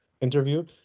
interview